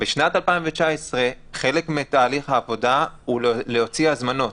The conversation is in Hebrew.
בשנת 2019 חלק מתהליך העבודה הוא להוציא הזמנות.